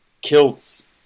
kilts